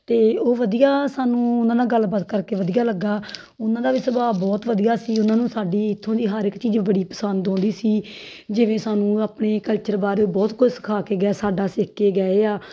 ਅਤੇ ਉਹ ਵਧੀਆ ਸਾਨੂੰ ਉਹਨਾਂ ਨਾਲ ਗੱਲਬਾਤ ਕਰਕੇ ਵਧੀਆ ਲੱਗਾ ਉਹਨਾਂ ਦਾ ਵੀ ਸੁਭਾਅ ਬਹੁਤ ਵਧੀਆ ਸੀ ਉਹਨਾਂ ਨੂੰ ਸਾਡੀ ਇੱਥੋਂ ਦੀ ਹਰ ਇੱਕ ਚੀਜ਼ ਬੜੀ ਪਸੰਦ ਆਉਂਦੀ ਸੀ ਜਿਵੇਂ ਸਾਨੂੰ ਆਪਣੇ ਕਲਚਰ ਬਾਰੇ ਬਹੁਤ ਕੁਝ ਸਿਖਾ ਕੇ ਗਏ ਸਾਡਾ ਸਿੱਖ ਕੇ ਗਏ ਆ